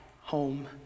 home